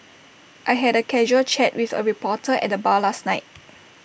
I had A casual chat with A reporter at the bar last night